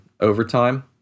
overtime